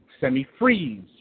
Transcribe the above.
semi-freeze